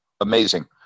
Amazing